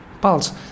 pulse